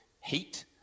heat